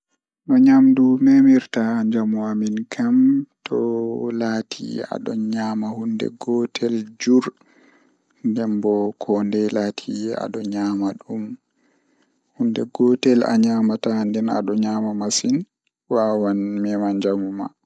Njoɓdi e cuɓu ɗiina hol no jogii hikka kadi ɓuri laawol. Njoɓdi doo waɗi no hokka jemma, kadi yonti ɓe ndiyam e pootol. Kono, njoɓdi njiɗo kadi woni no gollal e ngoodi, tigi kadi njahaari. No keewi kadi tawii soodude e njahaaɓe, ngam waɗde ceede e finndeele.